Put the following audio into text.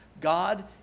God